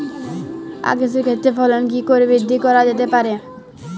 আক চাষের ক্ষেত্রে ফলন কি করে বৃদ্ধি করা যেতে পারে?